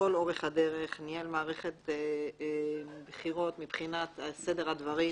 לכל אורך הדרך ניהל מערכת בחירות מבחינת סדר הדברים,